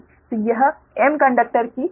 तो यह m conductor की एरे है